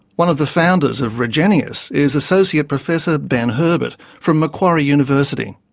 one of the founders of regeneus is associate professor ben herbert from macquarie university.